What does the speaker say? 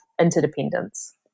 interdependence